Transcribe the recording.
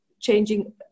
changing